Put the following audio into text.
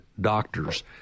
doctors